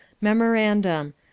Memorandum